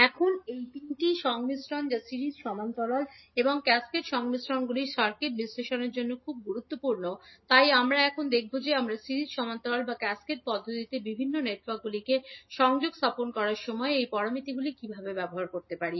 এখন এই 3 টি সংমিশ্রণ যা সিরিজ সমান্তরাল এবং ক্যাসকেড সংমিশ্রণগুলি সার্কিট বিশ্লেষণের জন্য খুব গুরুত্বপূর্ণ তাই আমরা এখন দেখব যে আমরা সিরিজ সমান্তরাল বা ক্যাসকেড পদ্ধতিতে বিভিন্ন নেটওয়ার্কগুলিকে সংযোগ স্থাপন করার সময় এই প্যারামিটারগুলি কীভাবে ব্যবহার করতে পারি